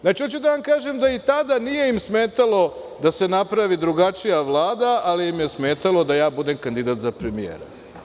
Znači, hoću da vam kažem, da ni tada nije im smetalo da se napravi drugačija Vladi, ali im je smetalo da budem kandidat za premijer.